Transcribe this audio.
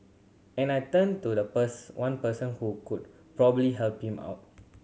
and I turned to the bus one person who could probably help him out